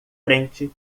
frente